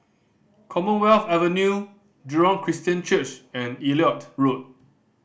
Commonwealth Avenue Jurong Christian Church and Elliot Road